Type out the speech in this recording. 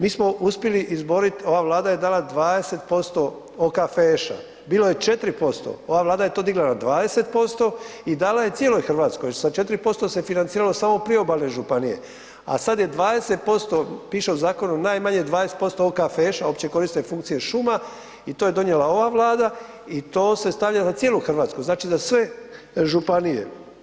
Mi smo uspjeli izboriti, ova Vlada je dala 20% OKFŠ-a bilo je 4%, ova Vlada je to digla na 20% i dala je cijeloj Hrvatskoj jer sa 4% se financiralo samo priobalne županije, a sad je 20%, piše u zakonu najmanje 20% OKFŠ-a općekorisne funkcije šuma i to je donijela ova Vlada i to se stavlja za cijelu Hrvatsku, znači za sve županije.